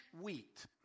wheat